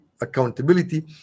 accountability